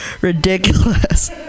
ridiculous